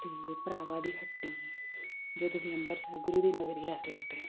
ਅਤੇ ਭਰਾਵਾਂ ਦੀ ਹੱਟੀ ਜੇ ਤੁਸੀਂ ਅੰਮ੍ਰਿਤਸਰ ਗੁਰੂ ਦੀ ਨਗਰੀ ਆ ਰਹੇ ਹੋ ਅਤੇ